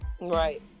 Right